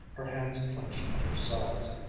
her hands clenched at her sides,